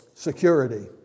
security